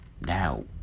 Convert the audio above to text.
Now